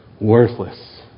worthless